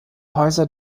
häuser